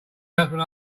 husband